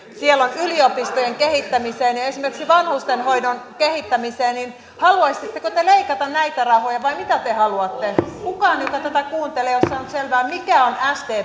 siellä on yliopistojen kehittämiseen ja esimerkiksi vanhustenhoidon kehittämiseen haluaisitteko te leikata näitä rahoja vai mitä te haluatte kukaan joka tätä kuuntelee ei ole saanut selvää mikä on sdpn